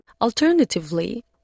Alternatively